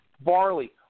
barley